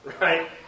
right